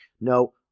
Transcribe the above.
No